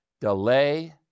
delay